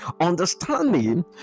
understanding